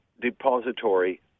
depository